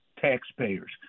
taxpayers